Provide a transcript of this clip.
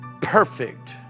perfect